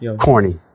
corny